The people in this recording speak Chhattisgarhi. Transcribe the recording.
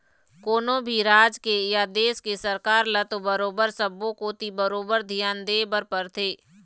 कोनो भी राज के या देश के सरकार ल तो बरोबर सब्बो कोती बरोबर धियान देय बर परथे